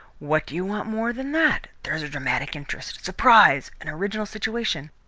what do you want more than that? there's dramatic interest, surprise, an original situation.